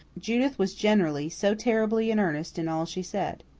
judith was generally so terribly in earnest in all she said.